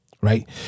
right